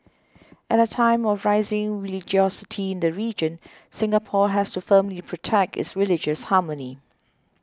at a time of rising religiosity in the region Singapore has to firmly protect its religious harmony